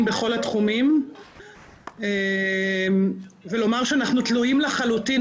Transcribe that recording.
בכל התחומים ולומר שאנחנו תלויים לחלוטין.